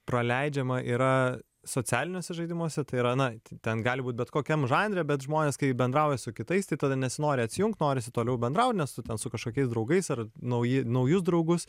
praleidžiama yra socialiniuose žaidimuose tai yra na ten gali būt bet kokiam žanre bet žmonės kai bendrauja su kitais tai tada nesinori atsijungt norisi toliau bendraut nes tu ten su kažkokiais draugais ar nauji naujus draugus